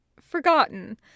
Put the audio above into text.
forgotten